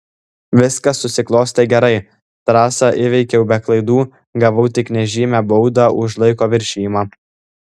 viskas susiklostė gerai trasą įveikiau be klaidų gavau tik nežymią baudą už laiko viršijimą